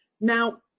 Now